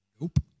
Nope